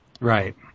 Right